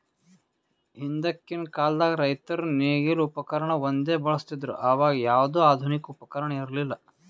ಹಿಂದಕ್ಕಿನ್ ಕಾಲದಾಗ್ ರೈತರ್ ನೇಗಿಲ್ ಉಪಕರ್ಣ ಒಂದೇ ಬಳಸ್ತಿದ್ರು ಅವಾಗ ಯಾವ್ದು ಆಧುನಿಕ್ ಉಪಕರ್ಣ ಇರ್ಲಿಲ್ಲಾ